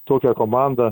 tokią komandą